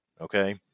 okay